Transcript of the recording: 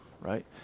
right